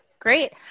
Great